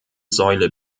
säule